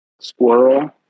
squirrel